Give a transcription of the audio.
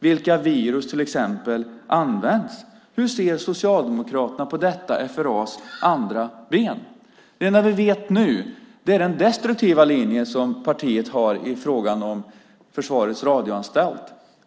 Vilka virus till exempel har använts? Hur ser Socialdemokraterna på detta FRA:s andra ben? Det enda vi känner till nu är den destruktiva linje som partiet har i frågan om Försvarets radioanstalt.